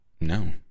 No